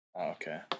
Okay